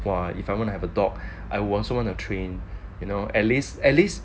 !wah! if I'm going to have a dog I also want someone or train you know at least at least